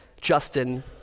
Justin